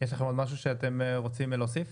יש לכם עוד משהו שאתם רוצים להוסיף?